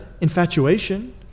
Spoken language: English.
infatuation